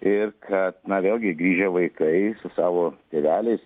ir kad na vėlgi grįžę vaikai su savo tėveliais